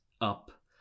up